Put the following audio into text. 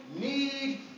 need